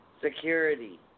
Security